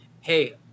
hey